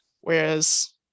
whereas